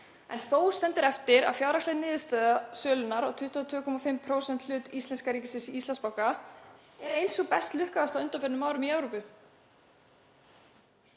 En þó stendur eftir að fjárhagsleg niðurstaða sölunnar á 22,5% hlut íslenska ríkisins í Íslandsbanka er ein sú best lukkaða á undanförnum árum í Evrópu.